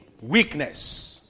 weakness